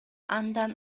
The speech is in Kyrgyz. андан